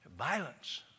violence